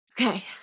Okay